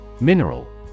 Mineral